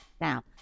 now